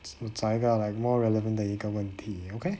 在 ah like more relevant 的一个问题 okay